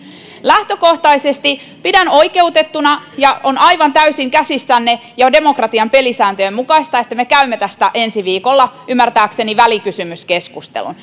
lähtökohtaisesti pidän oikeutettuna ja on aivan täysin käsissänne ja demokratian pelisääntöjen mukaista että me käymme tästä ensi viikolla ymmärtääkseni välikysymyskeskustelun